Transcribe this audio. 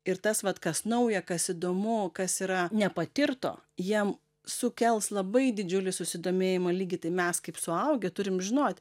ir tas vat kas nauja kas įdomu kas yra nepatirto jiem sukels labai didžiulį susidomėjimo lygį tai mes kaip suaugę turim žinot